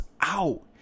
out